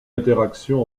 interaction